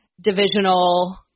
divisional